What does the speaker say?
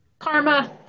Karma